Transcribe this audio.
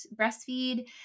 breastfeed